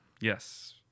Yes